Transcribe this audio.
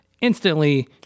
instantly